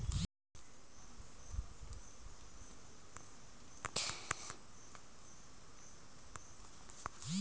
net banking मे जेन सुबिधा रहथे ओकर छोयड़ ऐम्हें आनलाइन सापिंग के घलो सुविधा देहे रहथें